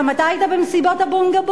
גם אתה היית במסיבות הבונגה-בונגה?